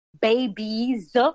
babies